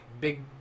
big